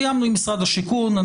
סיימנו עם משרד השיכון.